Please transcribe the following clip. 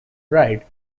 ride